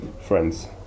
Friends